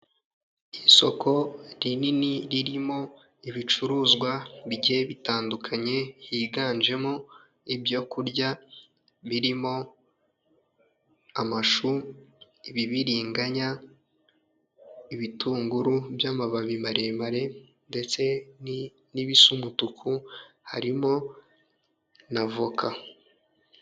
Isoko rinini ririmo ibicuruzwa bigiye bitandukanye, higanjemo ibyo kurya birimo amashu, ibibiringanya, ibitunguru by'amababi maremare, ndetse n'ibisa umutuku, harimo na voka.